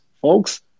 folks